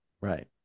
right